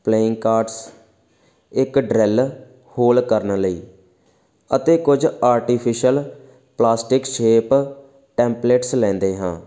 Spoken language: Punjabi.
ਪਲੇਇੰਗ ਕਾਰਡਸ ਇੱਕ ਡਰੈੱਲ ਹੋਲ ਕਰਨ ਲਈ ਅਤੇ ਕੁਝ ਆਰਟੀਫਿਸ਼ਲ ਪਲਾਸਟਿਕ ਸ਼ੇਪ ਟੈਮਪਲੈਟਸ ਲੈਂਦੇ ਹਾਂ